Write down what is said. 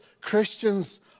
Christians